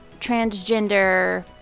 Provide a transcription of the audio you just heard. transgender